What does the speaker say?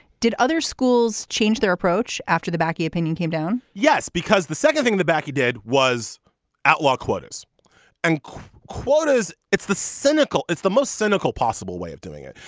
did other schools change their approach after the baca opinion came down yes because the second thing the he did was outlaw quotas and quotas. it's the cynical. it's the most cynical possible way of doing it.